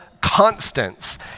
constants